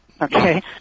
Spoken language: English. Okay